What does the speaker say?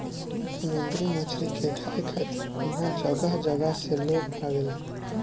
समुंदरी मछरी के खाए खातिर उहाँ जगह जगह से लोग आवेला